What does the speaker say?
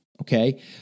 Okay